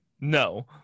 no